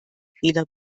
fehler